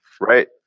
right